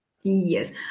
Yes